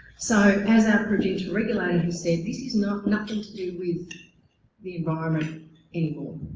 so, as our projector regulator has said this you know nothing to do with the environment any more.